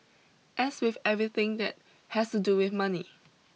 as with everything that has to do with money